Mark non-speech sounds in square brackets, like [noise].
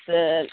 [unintelligible]